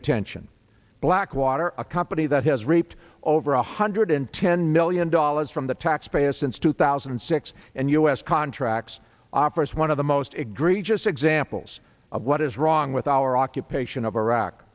attention blackwater a company that has reaped over one hundred ten million dollars from the taxpayer since two thousand and six and u s contracts operates one of the most egregious examples of what is wrong with our occupation of iraq